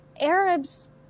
Arabs